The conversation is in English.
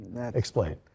Explain